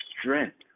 strength